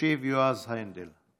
ישיב יועז הנדל.